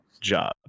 job